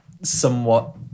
somewhat